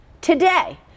today